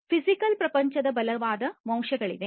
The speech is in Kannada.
ಫಿಸಿಕಲ್ ಪ್ರಪಂಚದ ಬಲವಾದ ಅಂಶವಿದೆ